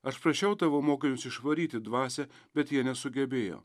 aš prašiau tavo mokytojus išvaryti dvasią bet jie nesugebėjo